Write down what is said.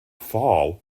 fall